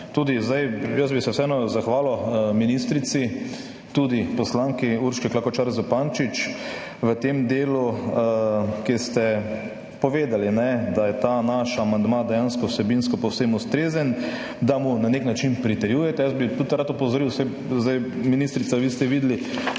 jaz bi se vseeno zahvalil ministrici, tudi poslanki Urški Klakočar Zupančič v tem delu, kjer ste povedali, da je ta naš amandma dejansko vsebinsko povsem ustrezen, da mu na nek način pritrjujete. Jaz bi tudi rad opozoril, saj, ministrica, vi ste videli,